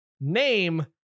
name